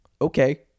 okay